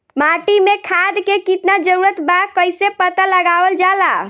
माटी मे खाद के कितना जरूरत बा कइसे पता लगावल जाला?